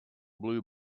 blue